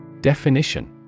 Definition